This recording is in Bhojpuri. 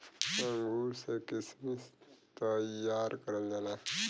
अंगूर से किशमिश तइयार करल जाला